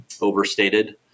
overstated